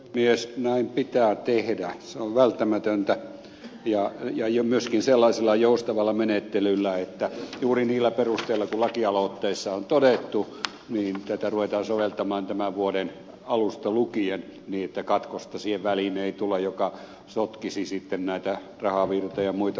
näin pitää tehdä se on välttämätöntä ja myöskin sellaisella joustavalla menettelyllä että juuri niillä perusteilla jotka lakialoitteessa on todettu tätä ruvetaan soveltamaan tämän vuoden alusta lukien niin että katkosta siihen väliin ei tule joka sotkisi sitten näitä rahavirtoja ja muita asioita